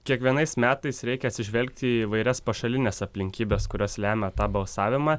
kiekvienais metais reikia atsižvelgti į įvairias pašalines aplinkybes kurios lemia tą balsavimą